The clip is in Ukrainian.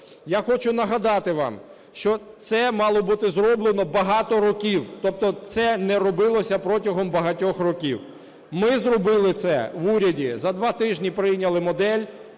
Я хочу нагадати вам, що це мало бути зроблено багато років, тобто це не робилося протягом багатьох років. Ми зробили це в уряді, за два тижні прийняли модель,